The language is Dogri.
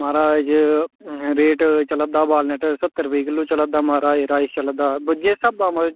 महाराज रेट चलै दा वालनट दा सत्तर रपेऽ किल्लो चला दा महाराज राइस चला दा जिस स्हाबा दा महा